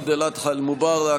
עיד אל-אדחא אל-מובארכ,